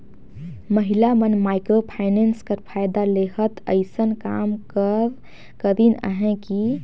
महिला मन micro finance कर फएदा लेहत अइसन काम करिन अहें कि